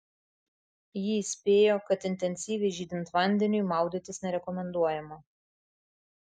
ji įspėjo kad intensyviai žydint vandeniui maudytis nerekomenduojama